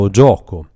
gioco